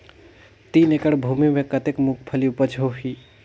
तीन एकड़ भूमि मे कतेक मुंगफली उपज होही?